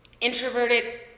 introverted